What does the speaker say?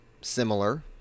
similar